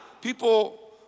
people